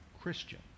Christian